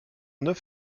neuf